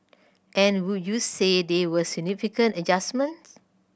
and would you say they were significant adjustments